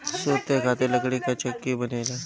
सुते खातिर लकड़ी कअ चउकी बनेला